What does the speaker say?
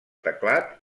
teclat